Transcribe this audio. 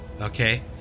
Okay